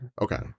Okay